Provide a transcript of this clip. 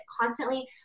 constantly